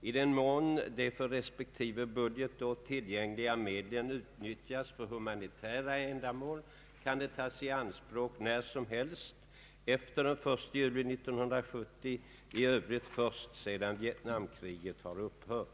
I den mån de för resp. budgetår tillgängliga medlen utnyttjas för humanitära ändamål kan de tas i anspråk när som helst efter den 1 juli 1970, i övrigt först sedan Vietnamkriget har upphört.